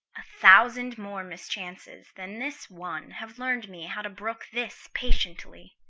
a thousand more mischances than this one have learn'd me how to brook this patiently.